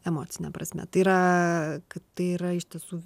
emocine prasme tai yra kad tai yra iš tiesų